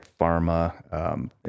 pharma